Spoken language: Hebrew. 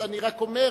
אני רק אומר,